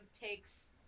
takes-